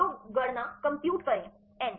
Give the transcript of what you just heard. तो गणना करें n